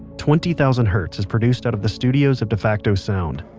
twenty thousand hertz is produced out of the studios of defacto sound,